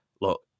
Look